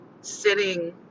sitting